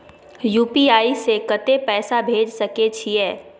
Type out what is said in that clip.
UPI से कत्ते पैसा भेज सके छियै?